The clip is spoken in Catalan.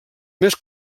més